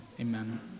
amen